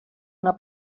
una